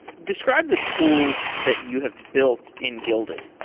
describe the tools that you have built in guilded.